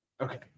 Okay